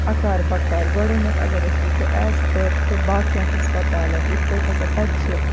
اَکار بَکار گۄڈنیٚتھ اَگَر أسۍ وُچھو ایٚز پٔر ٹُو باقیَن ہَسپَتالَن یِتھٕ پٲٹھۍ ہَسا تَتہِ چھِ